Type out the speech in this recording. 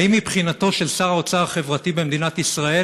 האם מבחינתו של שר האוצר החברתי במדינת ישראל